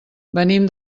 venim